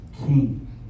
king